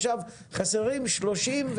עכשיו חסרים 32,